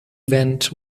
event